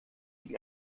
ging